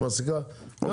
היא מעסיקה גם